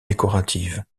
décoratives